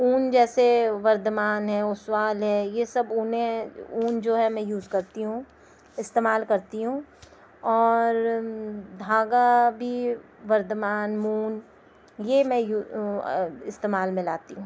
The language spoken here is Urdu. اون جیسے وردھمان ہے اوسوال ہے یہ سب اونیں اون جو ہے میں یوز کرتی ہوں استعمال کرتی ہوں اور دھاگہ بھی وردھمان مون یہ میں استعمال میں لاتی ہوں